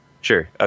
Sure